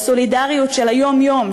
את הסולידריות של היום-יום,